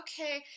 okay